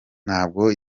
ntabwo